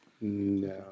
No